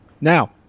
Now